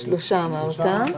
החוקים שאיתם אנחנו מתכתבים,